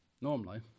Normally